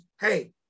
hey